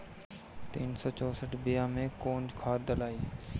तीन सउ चउसठ बिया मे कौन खाद दलाई?